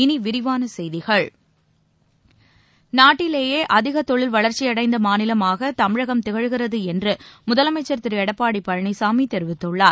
இனி விரிவான செய்திகள் நாட்டிலேயே அதிக தொழில் வளர்ச்சியடைந்த மாநிலமாக தமிழகம் திகழ்கிறது என்று முதலமைச்சர் திரு எடப்பாடி பழனிசாமி தெரிவித்துள்ளார்